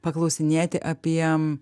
paklausinėti apie